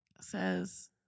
Says